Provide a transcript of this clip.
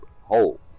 hole